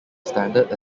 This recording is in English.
standard